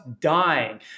dying